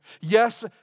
Yes